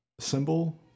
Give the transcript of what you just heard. symbol